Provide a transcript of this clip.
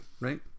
right